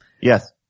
Yes